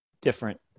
different